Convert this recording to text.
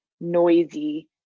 noisy